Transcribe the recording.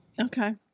okay